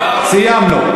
סיימנו.